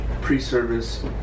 pre-service